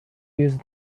use